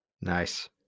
Nice